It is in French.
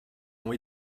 ont